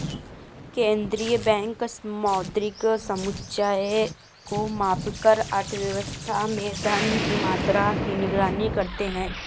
केंद्रीय बैंक मौद्रिक समुच्चय को मापकर अर्थव्यवस्था में धन की मात्रा की निगरानी करते हैं